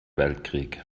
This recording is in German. weltkrieg